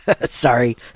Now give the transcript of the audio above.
Sorry